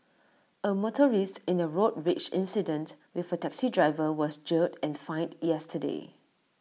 A motorist in A road rage incident with A taxi driver was jailed and fined yesterday